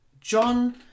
John